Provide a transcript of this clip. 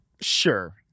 sure